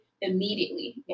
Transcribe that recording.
immediately